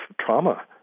trauma